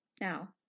Now